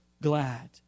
glad